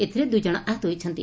ଏଥିରେ ଦୁଇଜଶ ଆହତ ହୋଇଛନ୍ତି